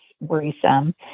worrisome